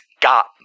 got